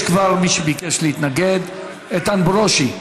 יש כבר מי שביקש להתנגד, איתן ברושי.